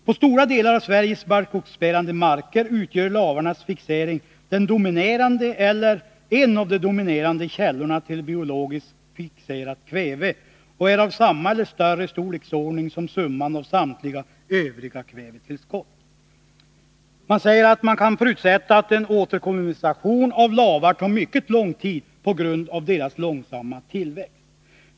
På stora delar av Sveriges barrskogsbärande marker utgör lavarnas fixering en av de dominerande källorna till biologiskt fixerat kväve och är av samma -— eller större — storleksordning som summan av samtliga övriga kvävetillskott. Det sägs att en återkolonisation av lavar tar mycket lång tid på grund av deras långsamma tillväxt.